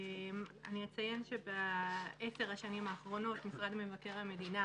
אציין שבעשר השנים האחרונות משרד מבקר המדינה